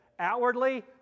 Outwardly